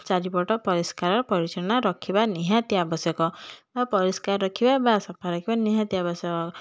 ଚାରିପଟ ପରିଷ୍କାର ପରିଚ୍ଛନ୍ନ ରଖିବା ନିହାତି ଆବଶ୍ୟକ ବା ପରିଷ୍କାର ରଖିବା ବା ସଫା ରଖିବା ନିହାତି ଆବଶ୍ୟକ